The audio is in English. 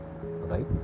right